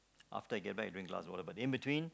after I get back I drink a glass of water but in between